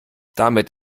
damit